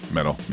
Metal